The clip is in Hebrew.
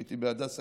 הייתי אתמול בהדסה,